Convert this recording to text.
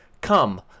Come